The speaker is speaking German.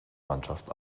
mannschaft